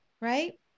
Right